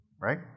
right